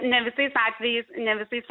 ne visais atvejais ne visais